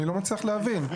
אני לא מצליח להבין.